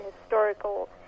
historical